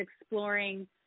exploring